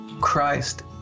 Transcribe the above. Christ